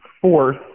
fourth